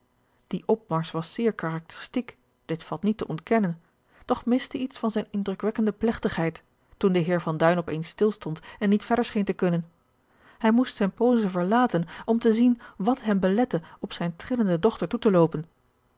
die opmarsch was zeer karakteristiek dit valt niet te ontkennen doch miste iets van zijne indrukwekkende plegtigheid toen de heer van duin op eens stil stond en niet verder scheen te kunnen hij moest zijne pose verlaten om te zien wat hem belette op zijne trillende dochter toe te loopen